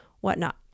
whatnot